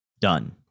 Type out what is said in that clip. done